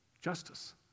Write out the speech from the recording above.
justice